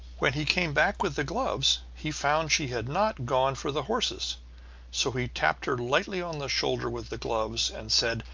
when he came back with the gloves he found she had not gone for the horses so he tapped her lightly on the shoulder with the gloves, and said,